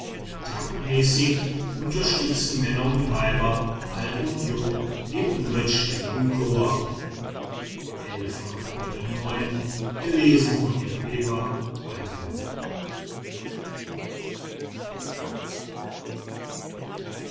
taktmäßig unterstützten männer und weiber alt und jung den hundertstimmigen chor